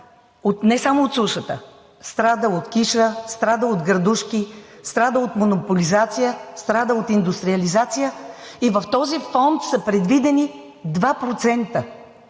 не само от сушата. Страда от киша, страда от градушки, страда от монополизация, страда от индустриализация и в този фонд са предвидени 2%.